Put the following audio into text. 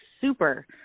super